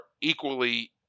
equally